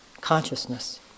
consciousness